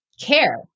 care